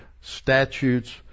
Statutes